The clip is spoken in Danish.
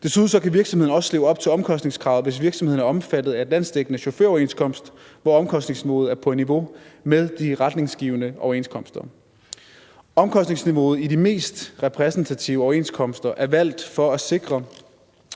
Desuden skal virksomhederne også leve op til omkostningskravet, hvis virksomheden er omfattet af landsdækkende chaufføroverenskomster, hvor omkostningsniveauet er på niveau med de retningsgivende overenskomster. Omkostningsniveauet i de mest repræsentative overenskomster er valgt for at sikre,